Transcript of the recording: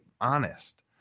honest